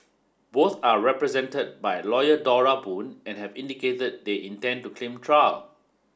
both are represented by lawyer Dora Boon and have indicated that they intend to claim trial